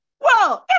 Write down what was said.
whoa